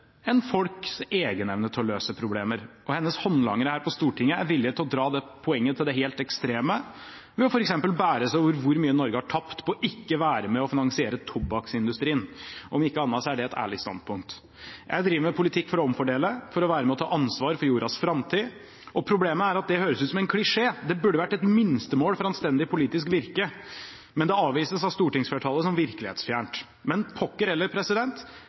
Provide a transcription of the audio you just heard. enn folks egen evne til å løse problemer, og hennes håndlangere her på Stortinget er villig til å dra det poenget til det helt ekstreme, ved f.eks. å bære seg over hvor mye Norge har tapt på ikke å være med å finansiere tobakksindustrien. Om ikke annet er det et ærlig standpunkt. Jeg driver med politikk for å omfordele, for å være med og ta ansvar for jordens framtid. Problemet er at det høres ut som en klisjé. Det burde vært et minstemål for anstendig politisk virke, men det avvises av stortingsflertallet som virkelighetsfjernt. Men pokker